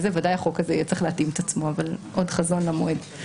ודאי החוק הזה יהיה צריך להתאים את עצמו אבל עוד חזון למועד.